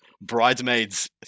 bridesmaids